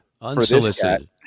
Unsolicited